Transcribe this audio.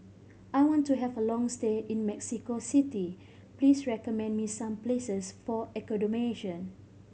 I want to have a long stay in Mexico City please recommend me some places for accommodation